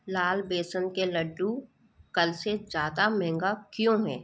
लाल बेसन के लड्डू कल से ज़्यादा महंगा क्यों है